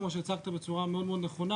כמו שהצגתם בצורה מאוד מאוד נכונה,